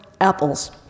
apples